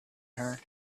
her